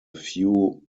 few